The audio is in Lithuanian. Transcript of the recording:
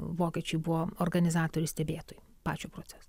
vokiečiai buvo organizatoriai stebėtojai pačio proceso